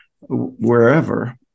wherever